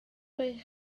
chi